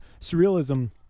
surrealism